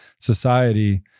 society